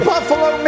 Buffalo